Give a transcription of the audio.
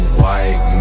white